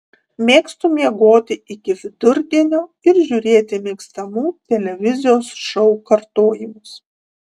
mėgstu miegoti iki vidurdienio ir žiūrėti mėgstamų televizijos šou kartojimus